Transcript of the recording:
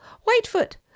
Whitefoot